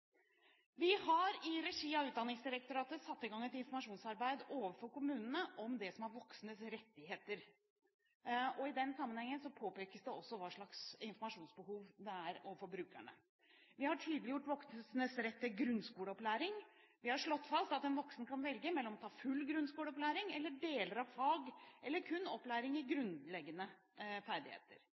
Vi har i regi av Utdanningsdirektoratet satt i gang et informasjonsarbeid overfor kommunene om voksnes rettigheter. I den sammenhengen påpekes det også hva slags informasjonsbehov det er for brukerne. Vi har tydeliggjort voksnes rett til grunnskoleopplæring. Vi har slått fast at en voksen kan velge enten å ta full grunnskoleopplæring, deler av fag eller kun opplæring i grunnleggende ferdigheter.